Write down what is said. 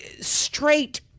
straight